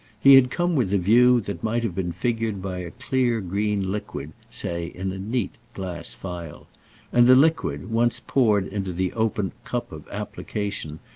he had come with a view that might have been figured by a clear green liquid, say, in a neat glass phial and the liquid, once poured into the open cup of application,